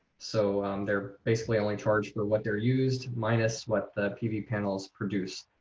so they're basically only charged for what they're used minus what the pv panels produce